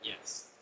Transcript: Yes